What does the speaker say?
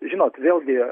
žinot vėlgi